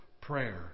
prayer